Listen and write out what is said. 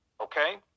Okay